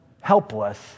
helpless